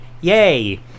Yay